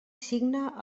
signa